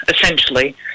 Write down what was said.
essentially